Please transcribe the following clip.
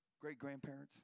great-grandparents